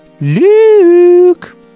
Luke